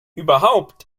überhaupt